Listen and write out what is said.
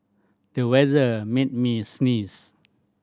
the weather made me sneeze